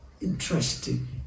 Interesting